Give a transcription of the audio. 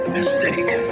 mistake